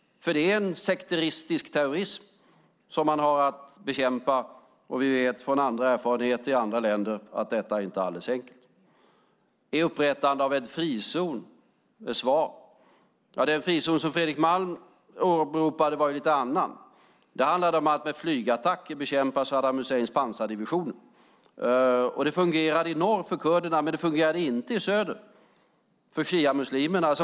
Det är nämligen en sekteristisk terrorism man har att bekämpa, och vi vet genom erfarenheter från andra länder att detta inte är alldeles enkelt. Är upprättandet av en frizon svaret? Den frizon som Fredrik Malm åberopade var lite annorlunda. Den handlade om att med flygattacker bekämpa Saddam Husseins pansardivision. Det fungerade för kurderna i norr, men det fungerade inte för shiamuslimerna i söder.